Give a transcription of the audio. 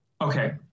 Okay